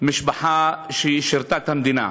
משפחה ששירתה את המדינה.